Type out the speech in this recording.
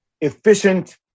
efficient